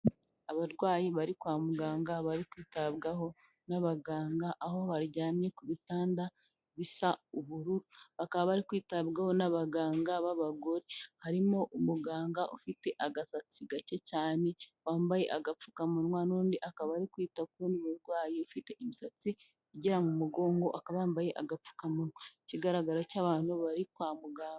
Abarwayi bari kwa muganga bari kwitabwaho n'abaganga aho baryamye ku bitanda bisa ubururu, bakaba bari kwitabwaho n'abaganga b'abagore harimo umuganga ufite agasatsi gake cyane, wambaye agapfukamunwa, n'undi akaba ari kwita ku murwayi ufite imisatsi igera mu mugongo akaba yambaye agapfukamunwa. Ikigaragara cyo abantu bari kwa muganga.